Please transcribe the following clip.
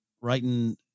writing